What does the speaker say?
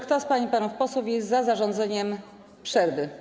Kto z pań i panów posłów jest za zarządzeniem przerwy?